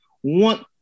one